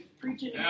Preaching